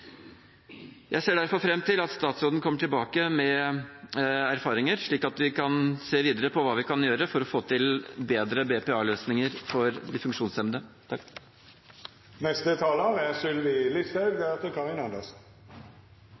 Jeg ser derfor fram til at statsråden kommer tilbake med erfaringer, slik at vi kan se videre på hva vi kan gjøre for å få til bedre BPA-løsninger for de funksjonshemmede.